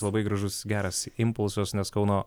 labai gražus geras impulsas nes kauno